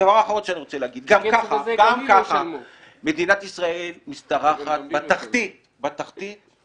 אני רוצה להגיד שגם ככה מדינת ישראל משתרכת בתחתית של